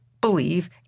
believe